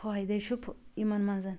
فٲیدٔے چھُ یِمن منٛز